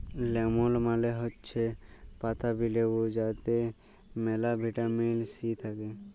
lemon মালে হৈচ্যে পাতাবি লেবু যাতে মেলা ভিটামিন সি থাক্যে